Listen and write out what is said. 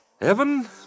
Heaven